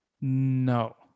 No